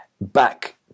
back